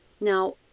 Now